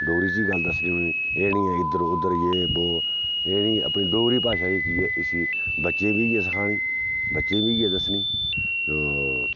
डोगरी च ई गल्ल दस्सनी उ'नें एह् नी ऐ कि इद्धर उद्धर जे बो एह् नी अपनी डोगरी भाशा जेह्की ऐ इसी बच्चें बी इयै सखानी बच्चें बी इयै दस्सनी तो